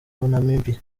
namibia